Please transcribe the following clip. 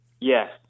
Yes